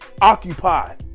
occupy